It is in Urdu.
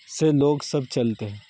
سے لوگ سب چلتے ہے